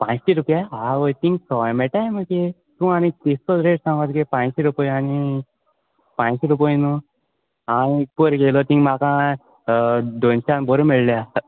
पांयशी रुपया आवय थींगा सवाय मेयटाय मगे तूं आनी कितको रेट सांगोत गे पांयशी रुपयानी पांयशी रुपय न्हू हांय पयर घेयलो ती म्हाका दोनशांग बोरी मेळ्ळ्या